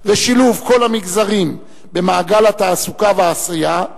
ושילוב כל המגזרים במעגל התעסוקה והעשייה,